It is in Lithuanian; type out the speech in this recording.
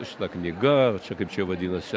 šita knyga čia kaip čia vadinasi